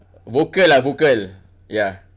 vocal lah vocal ya